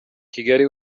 kigali